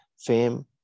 fame